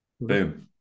boom